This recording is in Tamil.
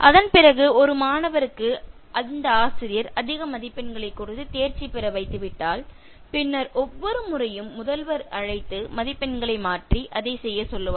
அதன் பிறகு ஒரு மாணவருக்கு அந்த ஆசிரியர் அதிக மதிப்பெண்களை கொடுத்து தேர்ச்சி பெற வைத்துவிட்டால் பின்னர் ஒவ்வொரு முறையும் முதல்வர் அழைத்து மதிப்பெண்களை மாற்றி அதை செய்யச் சொல்லுவார்